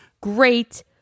great